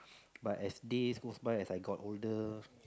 but as days goes by as I got older